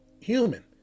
human